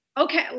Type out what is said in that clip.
okay